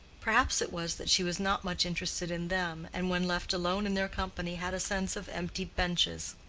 perhaps it was that she was not much interested in them, and when left alone in their company had a sense of empty benches.